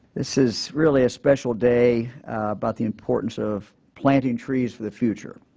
this is really a special day about the importance of planting trees for the future,